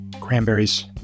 cranberries